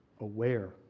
aware